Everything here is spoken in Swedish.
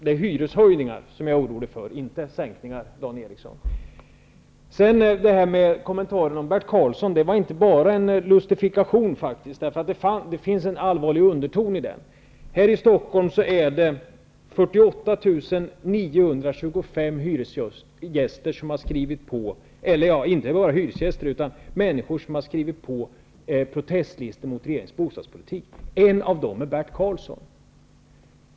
Det är hyreshöjningar jag är orolig för, inte sänkningar, Kommentaren om Bert Karlsson var inte bara en lustifikation. Det finns en allvarlig underton. Här i Stockholm har 48 925 personer skrivit på protestlistor mot regeringens bostadspolitik. En av dem är Bert Karlsson.